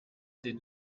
did